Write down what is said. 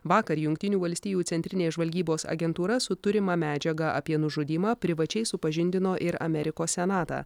vakar jungtinių valstijų centrinės žvalgybos agentūra su turima medžiaga apie nužudymą privačiai supažindino ir amerikos senatą